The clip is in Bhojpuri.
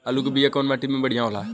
आलू के बिया कवना माटी मे बढ़ियां होला?